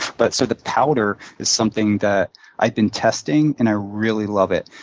but so the powder is something that i've been testing, and i really love it.